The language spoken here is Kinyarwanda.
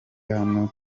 hano